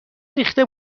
ریخته